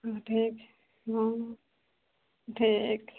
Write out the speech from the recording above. हँ ठीक छै हँ ठीक